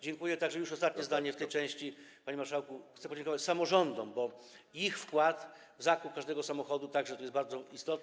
Dziękuję także - już ostatnie zdanie w tej części, panie marszałku - chcę podziękować samorządom, bo ich wkład w zakup każdego samochodu także jest bardzo istotny.